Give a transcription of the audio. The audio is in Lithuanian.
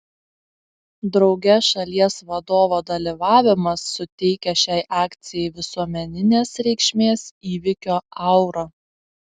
drauge šalies vadovo dalyvavimas suteikia šiai akcijai visuomeninės reikšmės įvykio aurą